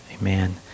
Amen